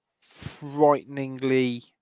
frighteningly